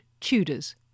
TUDORS